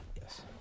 Yes